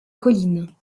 colline